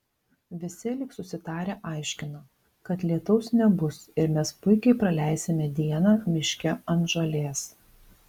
visi lyg susitarę aiškina kad lietaus nebus ir mes puikiai praleisime dieną miške ant žolės